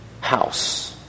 house